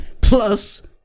plus